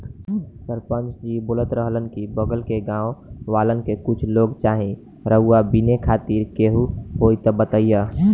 सरपंच जी बोलत रहलन की बगल के गाँव वालन के कुछ लोग चाही रुआ बिने खातिर केहू होइ त बतईह